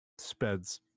speds